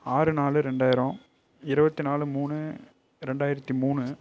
ஆறு நாலு ரெண்டாயிரம் இருபத்தி நாலு மூணு ரெண்டாயிரத்தி மூணு